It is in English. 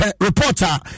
reporter